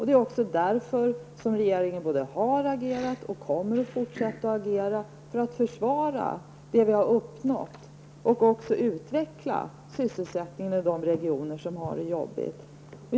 Det är också därför som regeringen både har agerat och kommer att fortsätta att agera för att försvara det vi har uppnått och även utveckla sysselsättningen i de regioner som har det bekymmersamt.